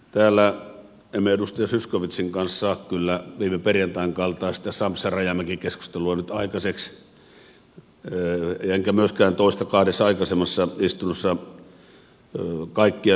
täällä emme edustaja zyskowiczin kanssa kyllä saa viime perjantain kaltaista sampsarajamäki keskustelua nyt aikaiseksi enkä myöskään toista kaikkea kahdessa aikaisemmassa istunnossa sanomaani